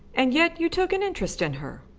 and yet you took an interest in her!